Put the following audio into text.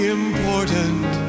important